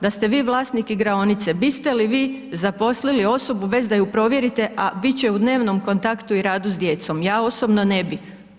Da ste vi vlasnik igraonice, bi ste li vi zaposlili bez da ju provjerite a bit će u dnevnom kontaktu i radu s djecom, ja osobno ne bi.